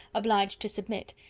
obliged to submit,